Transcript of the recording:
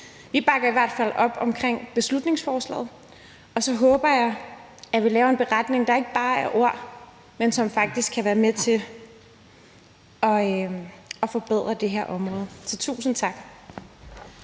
Vi bakker i hvert fald op omkring beslutningsforslaget, og så håber jeg, at vi laver en beretning, der ikke bare er ord, men som faktisk kan være med til at forbedre det her område. Så tusind tak.